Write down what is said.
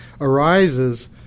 arises